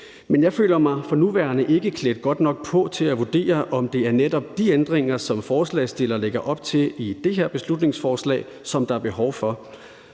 Men jeg føler mig for nuværende ikke klædt godt nok på til at vurdere, om det netop er de ændringer, som forslagsstilleren lægger op til i det her beslutningsforslag, som der er behov for,